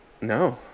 No